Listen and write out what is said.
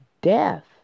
death